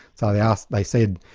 so they asked, they said,